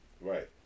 Right